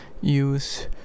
use